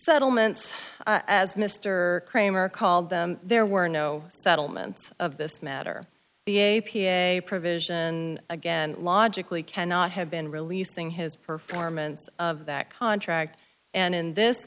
settlements as mr cramer called them there were no settlement of this matter the a p a provision again logically cannot have been releasing his performance of that contract and in this